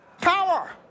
Power